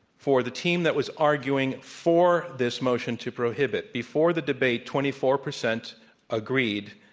for the team that was arguing for this motion to prohibit, before the debate, twenty four percent agreed,